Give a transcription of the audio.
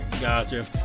Gotcha